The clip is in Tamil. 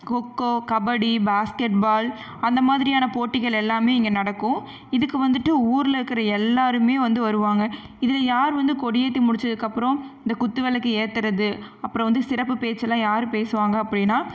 கொக்கோ கபடி பேஸ்கெட் பால் அந்த மாதிரியான போட்டிகள் எல்லாமே இங்கே நடக்கும் இதுக்கு வந்துட்டு ஊரில் இருக்கிற எல்லாருமே வந்து வருவாங்க இதில் யார் வந்து கொடி ஏற்றி முடித்ததுக்கப்பறம் இந்த குத்து விளக்கு ஏற்றுறது அப்பறம் வந்து சிறப்பு பேச்சுலாம் யாரு பேசுவாங்க அப்படின்னா